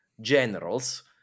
generals